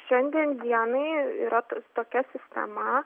šiandien dienai yra ta tokia sistema